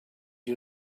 you